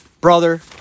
Brother